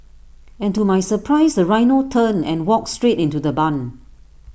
and to my surprise the rhino turned and walked straight into the barn